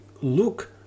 look